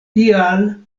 tial